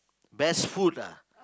best food ah